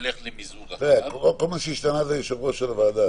נלך למיזוג -- כל מה שהשתנה זה יו"ר הוועדה.